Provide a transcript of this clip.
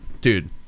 Dude